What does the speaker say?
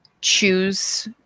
choose